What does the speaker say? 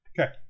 Okay